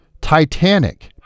Titanic